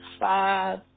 five